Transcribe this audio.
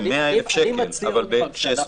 אם הוגשה בקשה והיא נמשכה אחרי שבוע בלי שהוא עשה דבר,